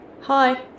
Hi